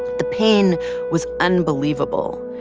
the pain was unbelievable,